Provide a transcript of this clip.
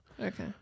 okay